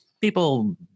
people